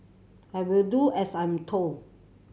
I will do as I'm told